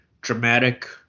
dramatic